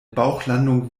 bauchlandung